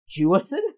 Jewison